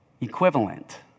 equivalent